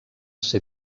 ser